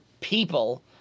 people